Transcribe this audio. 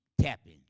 tapping